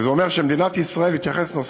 זה אומר שמדינת ישראל תתייחס לנושא